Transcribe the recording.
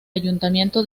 ayuntamiento